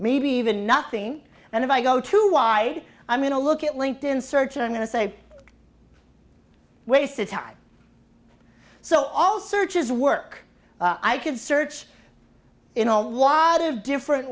maybe even nothing and if i go to why i'm going to look at linked in search i'm going to say wasted time so all searches work i could search in a lot of different